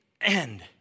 end